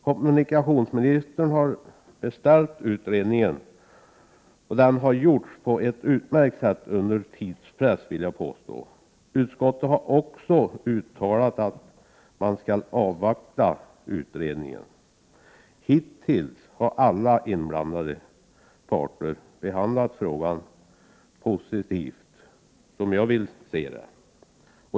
Kommunikationsministern har beställt utredningen, och den har gjorts på ett utmärkt sätt under tidspress. Utskottet har också uttalat att man skall avvakta utredningen. Hittills har alla inblandade parter behandlat frågan positivt, som jag ser det.